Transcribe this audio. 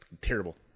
Terrible